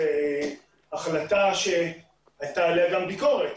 זו החלטה שהייתה עליה גם ביקורת,